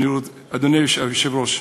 אדוני היושב-ראש,